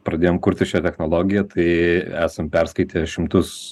pradėjom kurti šią technologiją tai esame perskaitę šimtus